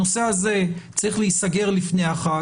הנושא הזה צריך להיסגר לפני החג.